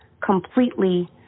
completely